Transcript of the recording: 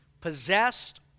possessed